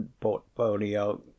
portfolio